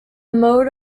mode